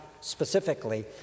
specifically